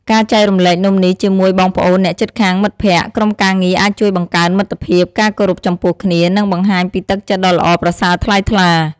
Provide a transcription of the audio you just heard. ការចែករំលែកនំនេះជាមួយបងប្អូន អ្នកជិតខាង មិត្តភក្តិ ក្រុមការងារអាចជួយបង្កើនមិត្តភាព ការគោរពចំពោះគ្នា និងបង្ហាញពីទឹកចិត្តដ៏ល្អប្រសើរថ្លៃថ្លា។